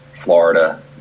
Florida